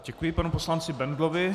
Děkuji panu poslanci Bendlovi.